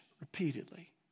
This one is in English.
repeatedly